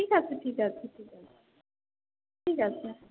ঠিক আছে ঠিক আছে ঠিক আছে ঠিক আছে